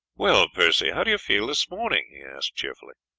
well, percy, how do you feel this morning? he asked cheerily.